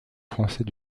français